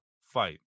fight